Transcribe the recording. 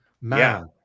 Man